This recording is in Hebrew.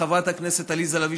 חברת הכנסת עליזה לביא,